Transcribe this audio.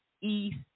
east